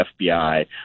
FBI